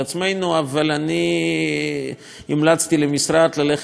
אבל המלצתי למשרד ללכת בכיוון הפוך,